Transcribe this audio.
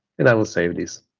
and i will save this